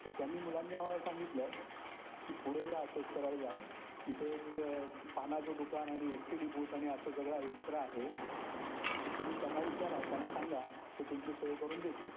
तर त्यांनी मुलांनी आम्हाला सांगितलं की पुढे जा असे सरळ जा तिथे एक पानाचं दुकान आणि एस टी डी बुथ आणि असं सगळा एकत्र आहे तर तुम्ही त्यांना विचारा त्यांना सांगा ते तुमची सोय करून देतील